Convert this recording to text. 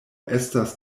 estas